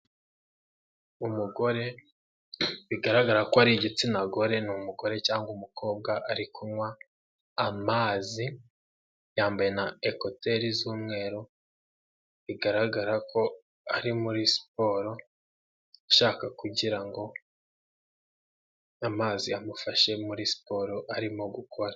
Umugore bigaragara ko ari igitsina gore, ni umugore cyangwa umukobwa ari kunywa amazi, yambaye na ekuteri z'umweru, bigaragara ko ari muri siporo, ashaka kugira ngo amazi amufashe muri siporo arimo gukora.